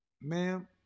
Ma'am